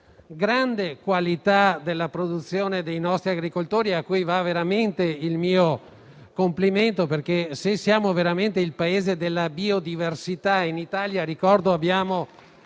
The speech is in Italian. grande qualità della produzione dei nostri agricoltori, a cui va veramente il mio complimento, perché siamo il Paese della biodiversità: in Italia ricordo che abbiamo